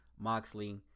Moxley